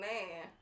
Man